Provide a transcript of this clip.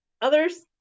others